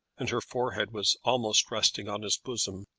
and her forehead was almost resting on his bosom.